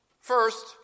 First